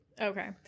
Okay